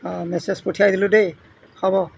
message পঠিয়াই দিলোঁ দেই হ'ব